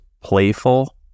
playful